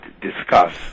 discuss